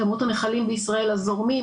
כי כמות הנחלים בישראל הזורמים,